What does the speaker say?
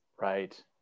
Right